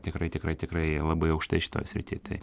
tikrai tikrai tikrai labai aukštai šitoj srity tai